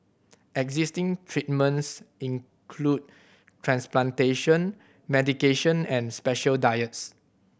existing treatments include transplantation medication and special diets